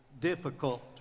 difficult